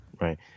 Right